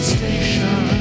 Station